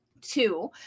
Two